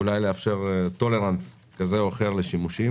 ואולי לאפשר tolerance כזה או אחר לשימושים.